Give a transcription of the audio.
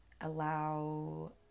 allow